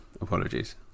Apologies